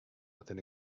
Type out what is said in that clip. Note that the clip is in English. within